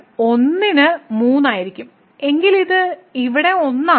മൂല്യം 1 ന് 3 ആയിരിക്കും എങ്കിൽ ഇത് ഇവിടെ 1 ആണ്